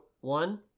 one